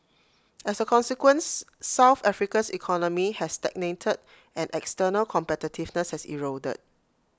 as A consequence south Africa's economy has stagnated and external competitiveness has eroded